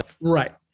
right